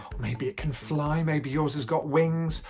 maybe it can fly, maybe yours has got wings,